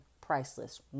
priceless